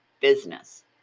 business